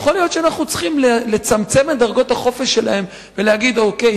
יכול להיות שאנחנו צריכים לצמצם את דרגות החופש שלהם ולהגיד: אוקיי,